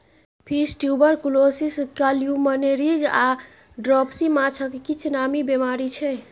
fish tuberculosis, columnaris आ dropsy माछक किछ नामी बेमारी छै